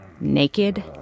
naked